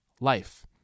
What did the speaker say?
life